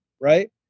right